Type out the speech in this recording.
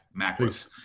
macros